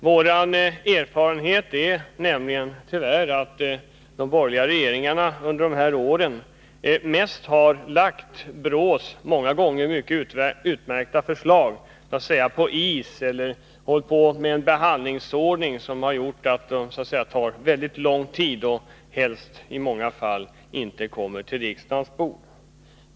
Vår erfarenhet är tyvärr den att de borgerliga regeringarna under de här åren för det mesta har så att säga lagt BRÅ:s ofta mycket utmärkta förslag på is. Behandlingsordningen har inneburit att det har tagit mycket lång tid, och i många fall har frågan inte kommit till riksdagens bord.